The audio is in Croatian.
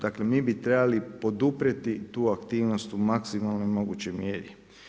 Dakle, mi bi trebali poduprijeti tu aktivnost u maksimalnoj mogućoj mjeri.